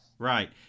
Right